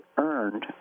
earned